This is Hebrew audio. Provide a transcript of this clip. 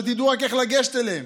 שתדעו רק איך לגשת אליהם,